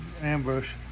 ambush